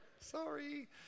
Sorry